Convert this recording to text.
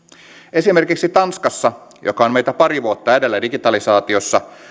esimerkiksi tanskassa joka on meitä pari vuotta edellä digitalisaatiossa